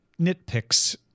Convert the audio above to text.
nitpicks